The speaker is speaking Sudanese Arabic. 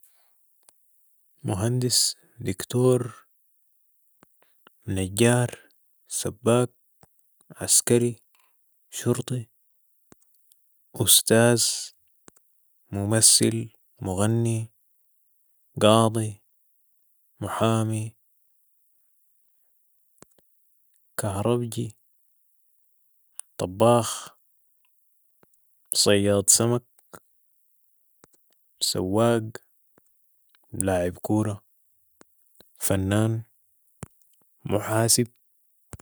مهندس ، دكتور ، نجار ، سباك ،عسكري ، شرطي ، استاذ ، ممسل ، مغني ، قاضي ، محامي ، كهربجي ، طباخ صياد سمك ، سواق ، لاعب كورة ، فنان ، محاسب